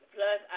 Plus